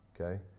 okay